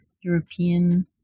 european